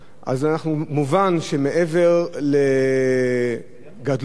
מובן שמעבר לגדלותו,